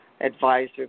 advisor